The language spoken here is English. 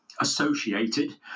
associated